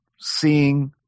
seeing